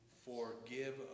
Forgive